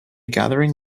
gathering